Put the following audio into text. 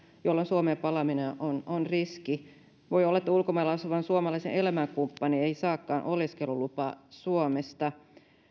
jolloin suomeen palaaminen on on riski voi olla että ulkomailla asuvan suomalaisen elämänkumppani ei saakaan oleskelulupaa suomesta